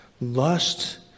lust